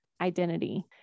identity